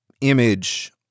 image